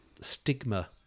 stigma